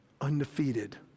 undefeated